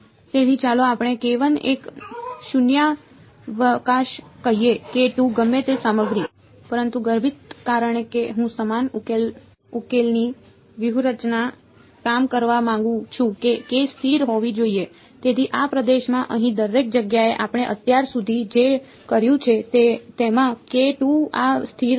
તેથી ચાલો આપણે એક શૂન્યાવકાશ કહીએ ગમે તે સામગ્રી પરંતુ ગર્ભિત કારણ કે હું સમાન ઉકેલની વ્યૂહરચના કામ કરવા માંગું છું કે k સ્થિર હોવી જોઈએ તેથી આ પ્રદેશમાં અહીં દરેક જગ્યાએ આપણે અત્યાર સુધી જે કર્યું છે તેમાં આ સ્થિર છે